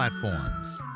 platforms